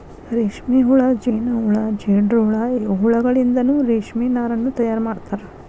ರೇಷ್ಮೆಹುಳ ಜೇನಹುಳ ಜೇಡರಹುಳ ಈ ಹುಳಗಳಿಂದನು ರೇಷ್ಮೆ ನಾರನ್ನು ತಯಾರ್ ಮಾಡ್ತಾರ